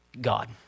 God